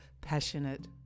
passionate